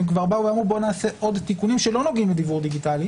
הם כבר באו ואמרו בואו נעשה עוד תיקונים שלא נוגעים לדיוור דיגיטלי